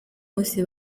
munsi